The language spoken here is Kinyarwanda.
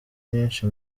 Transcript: nyinshi